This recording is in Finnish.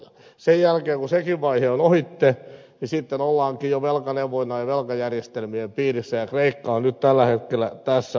sen jälkeen kun sekin vaihe on ohi ollaankin jo velkaneuvonnan ja velkajärjestelmien piirissä ja kreikka on tällä hetkellä tässä vaiheessa